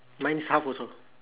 mine's half also